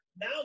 Now